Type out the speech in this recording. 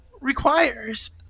requires